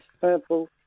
Purple